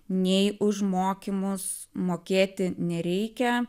nei už mokymus mokėti nereikia